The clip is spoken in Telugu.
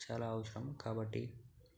చాలా అవసరం కాబట్టి